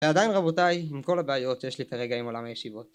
ועדיין רבותיי, עם כל הבעיות, יש לי את הרגע עם עולם הישיבות